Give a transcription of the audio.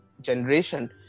generation